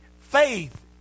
faith